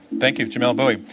thank you, jamelle bouie.